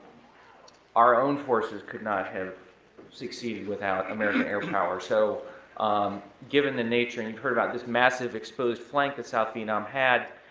our own forces could not have succeeded without american air power. so um given the nature, and you've heard about this massive exposed flank that south vietnam had,